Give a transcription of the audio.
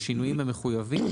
בשינויים המחויבים,